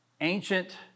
Ancient